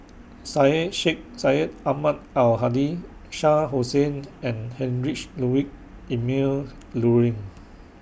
Syed Sheikh Syed Ahmad Al Hadi Shah Hussain and Heinrich Ludwig Emil Luering